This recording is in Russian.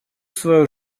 свою